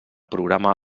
programa